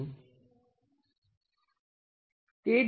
શું તમે ઓબ્જેક્ટના સામેનાં દેખાવને જોઈ શકો છો